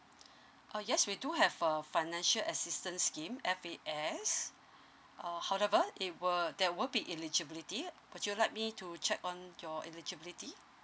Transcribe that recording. uh yes we do have a financial assistance scheme F_A_S uh however it were there will be eligibility would you like me to check on your eligibility